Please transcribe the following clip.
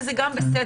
שזה גם בסדר.